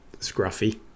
scruffy